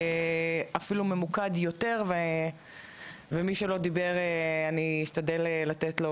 אפילו ממוקד יותר, ומי שלא דיבר אני אשתדל לתת לו